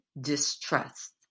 distrust